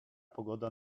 pogoda